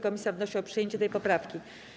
Komisja wnosi o przyjęcie tej poprawki.